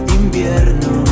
invierno